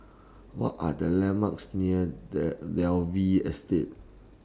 What Are The landmarks near Dalvey Estate